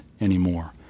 anymore